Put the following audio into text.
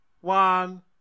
One